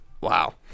Wow